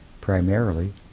primarily